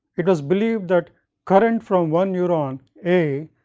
it was believed that current from one neuron a,